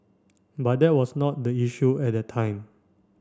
but that was not the issue at that time